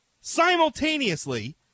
simultaneously